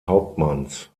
hauptmanns